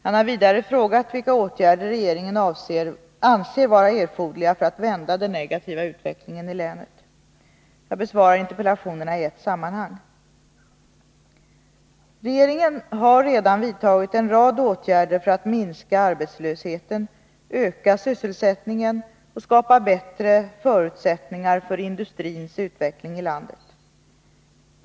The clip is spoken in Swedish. Han har vidare frågat vilka åtgärder regeringen anser vara erforderliga för att vända den negativa utvecklingen i länet. Jag besvarar interpellationerna i ett sammanhang. Regeringen har redan vidtagit en rad åtgärder för att minska arbetslösheten, öka sysselsättningen och skapa bättre förutsättningar för industrins utveckling i landet.